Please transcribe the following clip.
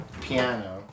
piano